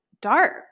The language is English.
dark